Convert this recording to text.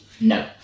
No